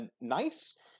nice